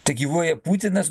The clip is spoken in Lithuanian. tegyvuoja putinas